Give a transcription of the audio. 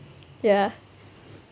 ya